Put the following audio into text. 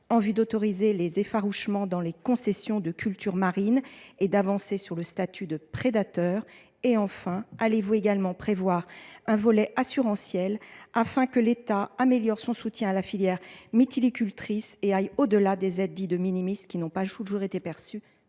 en vue d’autoriser les effarouchements dans les concessions de cultures marines et d’avancer sur le statut de prédateur ? Allez vous également prévoir un volet assurantiel afin que l’État améliore son soutien à la filière mytilicultrice et aille au delà des aides dites, qui n’ont toujours pas été perçues